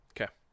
Okay